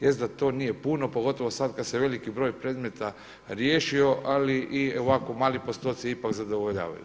Jest da to nije puno pogotovo sad kad se veliki broj predmeta riješio ali i ovako mali postoci ipak zadovoljavaju.